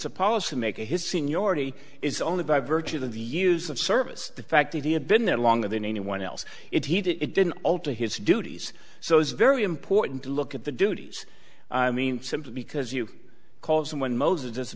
supposed to make his seniority is only by virtue of the use of service the fact that he had been there longer than anyone else if he did it didn't alter his duties so it's very important to look at the duties i mean simply because you called someone moses